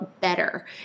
better